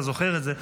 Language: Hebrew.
אתה זוכר את זה.